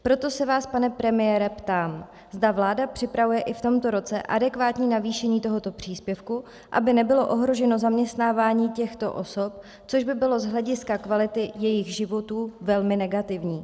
Proto se vás, pane premiére, ptám, zda vláda připravuje i v tomto roce adekvátní navýšení tohoto příspěvku, aby nebylo ohroženo zaměstnávání těchto osob, což by bylo z hlediska kvality jejich životů velmi negativní.